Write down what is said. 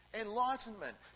enlightenment